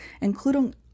including